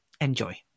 enjoy